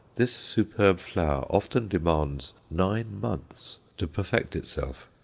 this superb flower often demands nine months to perfect itself.